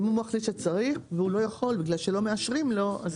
אם הוא מחליט שהוא צריך והוא לא יכול בגלל שלא מאשרים לו.